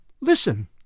listen